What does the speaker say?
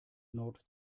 nord